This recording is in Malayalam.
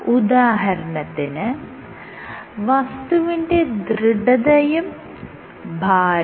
ഉദാഹരണത്തിന് വസ്തുവിന്റെ ദൃഢതയും ഭാരവും